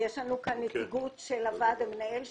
יש לנו נציגות של הוועד המנהל שלנו,